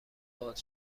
باهات